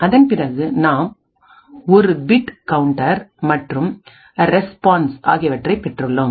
அதன் பிறகு நாம் ஒரு பிட் கவுண்டர் மற்றும் ரெஸ்பான்ஸ் ஆகியவற்றை பெற்றுள்ளோம்